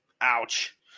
Ouch